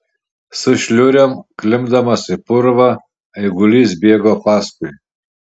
su šliurėm klimpdamas į purvą eigulys bėgo paskui